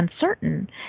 uncertain